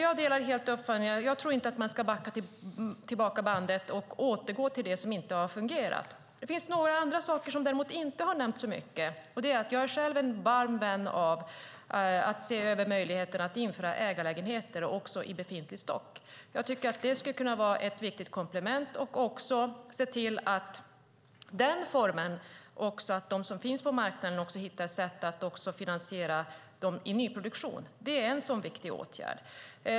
Jag tycker inte att man ska backa tillbaka bandet och återgå till det som inte har fungerat. Det finns däremot några andra saker som inte har nämnts så mycket. Jag är själv en varm vän av att se över möjligheterna att införa ägarlägenheter också i befintlig bebyggelse. Det skulle kunna vara ett viktigt komplement. Man skulle också kunna se till att de som finns på marknaden hittar sätt att finansiera dem i nyproduktion. Det är en viktig åtgärd.